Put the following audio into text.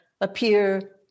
appear